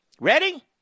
Ready